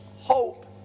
hope